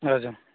हजुर